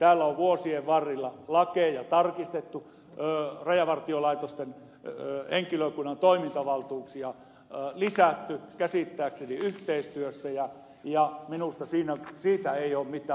täällä on vuosien varrella lakeja tarkistettu rajavartiolaitoksen henkilökunnan toimintavaltuuksia lisätty käsittääkseni yhteistyössä ja minusta siitä ei ole mitään huonoa sanottavaa